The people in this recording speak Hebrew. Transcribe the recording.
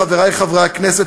חברי חברי הכנסת,